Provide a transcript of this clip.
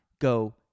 go